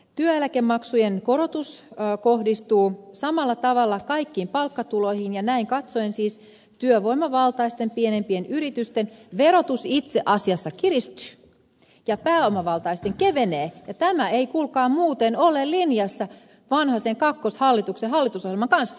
työeläkemaksujen korotus kohdistuu samalla tavalla kaikkiin palkkatuloihin ja näin katsoen siis työvoimavaltaisten pienempien yritysten verotus itse asiassa kiristyy ja pääomavaltaisten kevenee ja tämä ei kuulkaa muuten ole linjassa vanhasen kakkoshallituksen hallitusohjelman kanssa